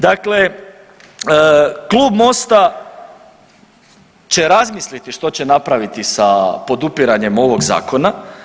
Dakle, klub MOST-a će razmisliti što će napraviti sa podupiranjem ovog zakona.